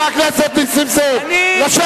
מה הצביעות, חבר הכנסת נסים זאב, לשבת.